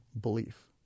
belief